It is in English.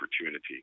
opportunity